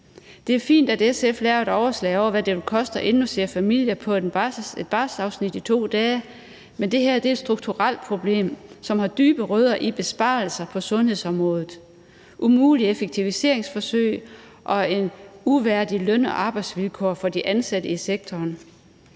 Det er fint, at SF har lavet et overslag over, hvad det vil koste at indlogere en familie på et barselsafsnit i 2 dage, men det her er et strukturelt problem, som har dybe rødder i besparelser på sundhedsområdet, umulige effektiviseringsforsøg og uværdige løn- og arbejdsvilkår for de ansatte i sektoren.